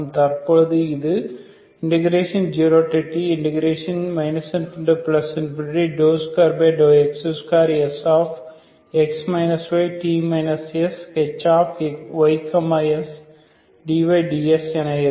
தற்பொழுது இது 0t ∞2x2Sx y t shy sdyds என இருக்கும்